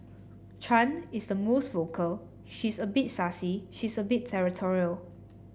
Chan is the most vocal she's a bit sassy she's a bit territorial